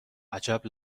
عجب